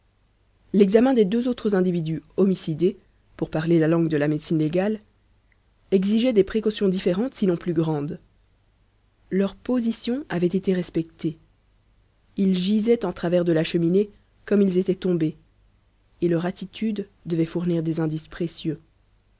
l'examen des deux autres individus homicidés pour parler la langue de la médecine légale exigeait des précautions différentes sinon plus grandes leur position avait été respectée ils gisaient en travers de la cheminée comme ils étaient tombés et leur attitude devait fournir des indices précieux